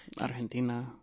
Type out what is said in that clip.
Argentina